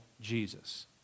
Jesus